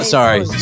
Sorry